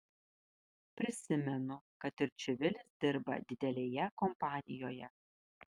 prisimenu kad ir čivilis dirba didelėje kompanijoje